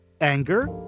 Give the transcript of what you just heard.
Anger